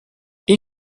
این